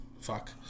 fuck